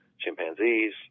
chimpanzees